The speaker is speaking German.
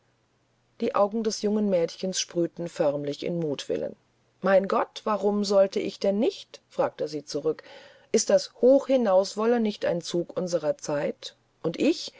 die augen des jungen mädchens sprühten förmlich in mutwillen mein gott warum sollte ich denn nicht fragte sie zurück ist das hochhinauswollen nicht ein zug unserer zeit und ich